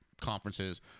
conferences